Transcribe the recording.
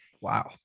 Wow